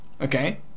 okay